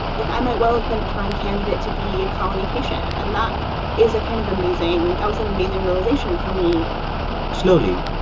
like, i might well have been a prime candidate to be a colony patient. and that is a kind of amazing that was an amazing realization for me slowly,